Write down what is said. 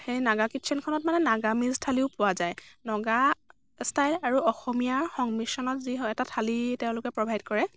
সেই নাগা কিটচেনখনত মানে নাগামিজ থালিও পোৱা যায় নগা ষ্টাইল আৰু অসমীয়া সংমিশ্ৰনত যি হয় এটা থালি তেওঁলোকে প্ৰভাইদ কৰে